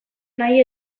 nahi